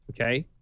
okay